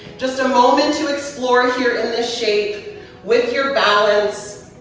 just a moment to explore here in this shape with your balance,